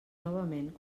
novament